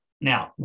Now